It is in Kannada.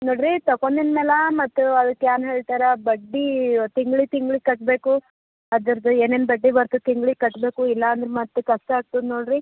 ನೋಡಿ ರೀ ತಕೋನಿನ್ ಮೇಲೆ ಮತ್ತು ಅದಕ್ಕೇನ್ ಹೇಳ್ತರೆ ಬಡ್ಡಿ ತಿಂಗ್ಳು ತಿಂಗ್ಳು ಕಟ್ಟಬೇಕು ಅದ್ರದ್ದು ಏನೇನು ಬಡ್ಡಿ ಬರ್ತದೆ ತಿಂಗ್ಳಿಗೆ ಕಟ್ಟಬೇಕು ಇಲ್ಲ ಅಂದ್ರೆ ಮತ್ತೆ ಕಷ್ಟ ಆಗ್ತದೆ ನೋಡಿ ರೀ